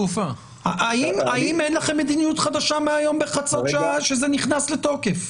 האם אין לכם מדיניות חדשה מהיום בחצות כשזה נכנס לתוקף?